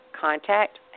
Contact